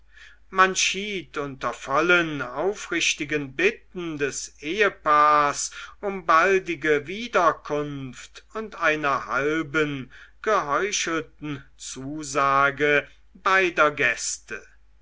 man schied unter vollen aufrichtigen bitten des ehepaars um baldige wiederkunft und einer halben geheuchelten zusage beider gäste